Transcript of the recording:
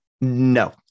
No